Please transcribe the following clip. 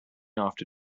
after